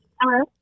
Hello